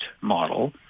model